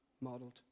modeled